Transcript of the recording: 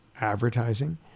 advertising